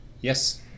Yes